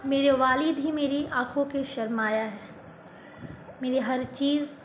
میرے والد ہی میری آنکھوں کے سرمایہ ہیں میری ہر چیز